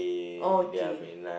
okay